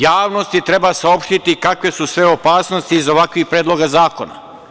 Javnosti treba saopštiti kakve su sve opasnosti iza ovakvih predloga zakona.